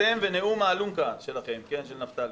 אתם ונאום האלונקה של נפתלי,